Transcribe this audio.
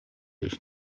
ich